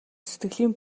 сэтгэлийн